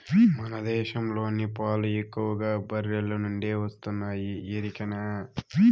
మన దేశంలోని పాలు ఎక్కువగా బర్రెల నుండే వస్తున్నాయి ఎరికనా